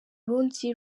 rundi